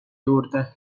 juurde